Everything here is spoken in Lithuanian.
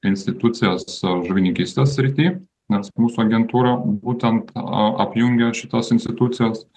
institucijas žuvininkystės srity nes mūsų agentūra būtent apjungia šitas institucijas